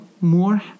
more